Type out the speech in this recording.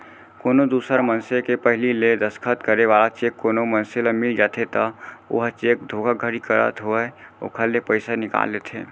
कोनो दूसर मनसे के पहिली ले दस्खत करे वाला चेक कोनो मनसे ल मिल जाथे त ओहा चेक धोखाघड़ी करत होय ओखर ले पइसा निकाल लेथे